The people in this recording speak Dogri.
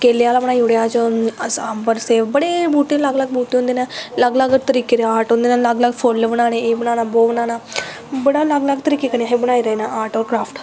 केलें आह्ला बनाई ओड़ेआ अम्ब और सेब बड़े बूह्टे अलग अलग बूहेॅटे होंदे नै अलग अलग तरीके दे आर्ट होंदे नै अलग अलग पुल्ल बनाने एह् बनाने बो बनाना बड़े अलग अलग तरीके कन्नै बनाए दे न असैं आर्ट और क्राफ्ट